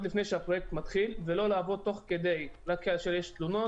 לפני שהפרויקט מתחיל ולא לעבוד תוך כדי תהליך רק כאשר יש תלונות.